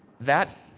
that.